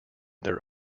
their